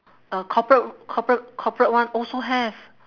uh corporate corporate corporate one also have